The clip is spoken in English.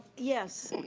yes.